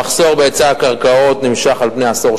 המחסור בהיצע הקרקעות נמשך על פני עשור.